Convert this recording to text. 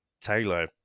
taylor